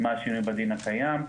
מה השינוי בדין הקיים,